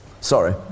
Sorry